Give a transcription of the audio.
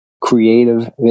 creative